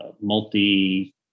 multi